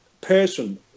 person